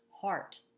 heart